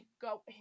go